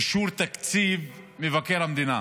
אישור תקציב מבקר המדינה.